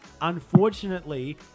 unfortunately